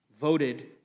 voted